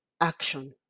action